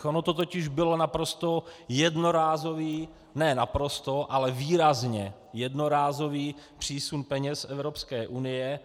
On to totiž byl naprosto jednorázový ne naprosto, ale výrazně jednorázový přísun peněz z Evropské unie.